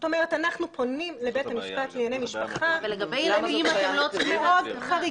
זאת אומרת אנחנו פונים לבית המשפט לענייני משפחה במקרים מאוד חריגים.